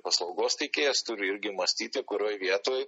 paslaugos teikėjas turi irgi mąstyti kurioj vietoj